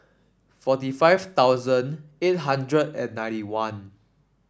forty five thousand eight hundred and ninety one